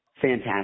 fantastic